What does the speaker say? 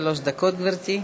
שלוש דקות, גברתי.